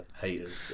haters